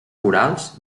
corals